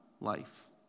life